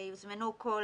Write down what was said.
יוזמנו כל